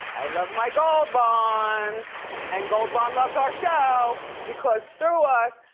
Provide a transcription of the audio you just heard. i love my gold bond and gold bond loves our show because through us,